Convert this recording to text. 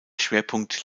schwerpunkt